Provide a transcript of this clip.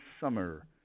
Summer